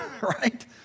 right